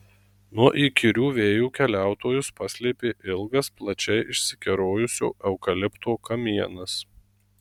nuo įkyrių vėjų keliautojus paslėpė ilgas plačiai išsikerojusio eukalipto kamienas